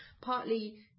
partly